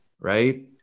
Right